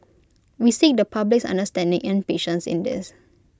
we seek the public's understanding and patience in this